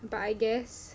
but I guess